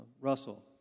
Russell